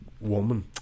woman